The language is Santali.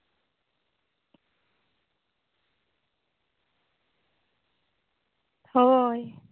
ᱦᱳᱭ